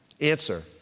Answer